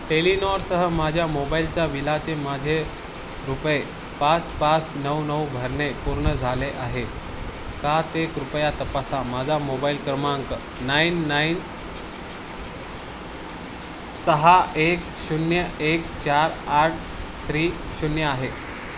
टेलिनॉरसह माझ्या मोबाईलच्या बिलाचे माझे रुपये पाच पाच नऊ नऊ भरणे पूर्ण झाले आहे का ते कृपया तपासा माझा मोबाईल क्रमांक नाईन नाईन सहा एक शून्य एक चार आठ थ्री शून्य आहे